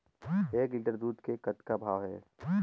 एक लिटर दूध के कतका भाव हे?